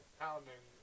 pounding